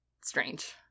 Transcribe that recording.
strange